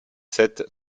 sept